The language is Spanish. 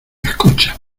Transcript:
escucha